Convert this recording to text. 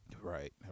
right